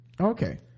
Okay